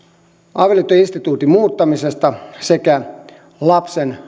avioliittoinstituution muuttaminen sekä lapsen